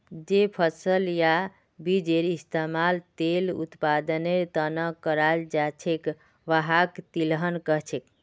जे फसल या बीजेर इस्तमाल तेल उत्पादनेर त न कराल जा छेक वहाक तिलहन कह छेक